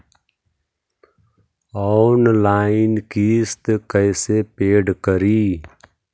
Online किस्त कैसे paid करि?